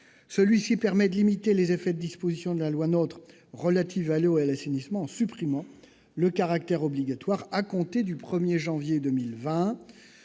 Il vise à limiter les effets des dispositions de la loi NOTRe relatives à l'eau et à l'assainissement en supprimant le caractère obligatoire, à compter du 1 janvier 2020,